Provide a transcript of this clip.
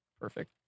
Perfect